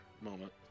moment